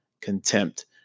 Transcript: contempt